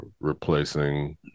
replacing